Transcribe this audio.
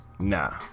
Nah